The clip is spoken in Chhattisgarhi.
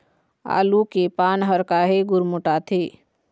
आलू के पान हर काहे गुरमुटाथे?